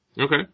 Okay